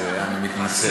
אז אני מתנצל.